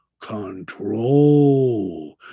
Control